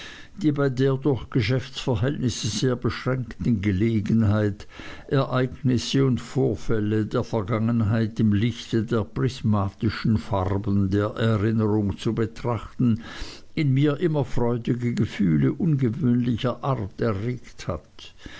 die bei der durch geschäftsverhältnisse sehr beschränkten gelegenheit ereignisse und vorfälle der vergangenheit im lichte der prismatischen farben der erinnerung zu betrachten in mir immer freudige gefühle ungewöhnlicher art erregt hat